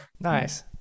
Nice